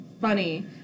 funny